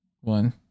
one